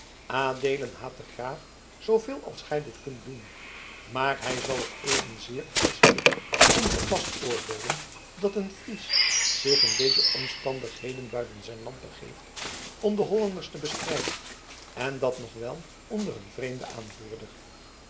adeelen haat den graaf zooveel als gij dit kunt doen maar hij zal het evenzeer als ik ongepast oordeelen dat een fries zich in deze omstandigheden buiten zijn land begeeft om de hollanders te bestrijden en dat nog wel onder een vreemden aanvoerder